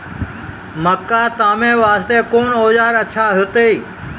मक्का तामे वास्ते कोंन औजार अच्छा होइतै?